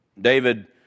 David